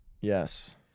Yes